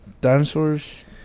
Dinosaurs